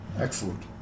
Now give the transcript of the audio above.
Excellent